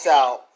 out